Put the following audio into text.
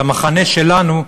של המחנה שלנו,